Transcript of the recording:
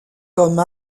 comme